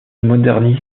modernise